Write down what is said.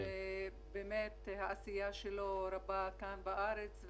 שבאמת העשייה שלו רבה כאן בארץ.